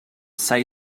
say